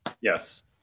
Yes